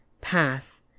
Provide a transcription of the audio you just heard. path